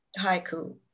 haiku